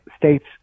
states